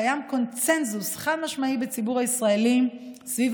קיים קונסנזוס חד-משמעי בציבור הישראלי סביב